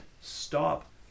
stop